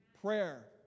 Prayer